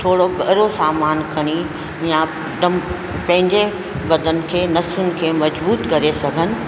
थोरो घणो सामान खणी या पंहिंजे बदन खे नसुनि खे मज़बूत करे सघन